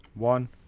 One